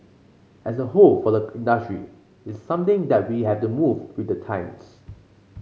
as a whole for the industry it's something that we have to move with the times